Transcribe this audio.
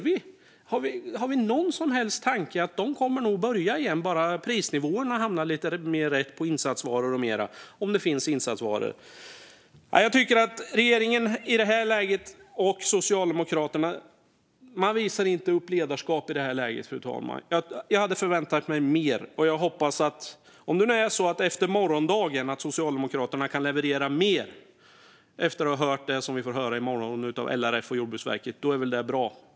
Finns det några som helst tankar om att de nog kommer att börja igen om bara prisnivåerna på insatsvaror, om det finns några, hamnar lite mer rätt? Jag tycker att regeringen och Socialdemokraterna i detta läge inte visar ledarskap. Jag hade förväntat mig mer. Om Socialdemokraterna efter det som vi får höra från LRF och Jordbruksverket under morgondagen kan leverera mer är det väl bra.